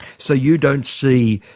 so you don't see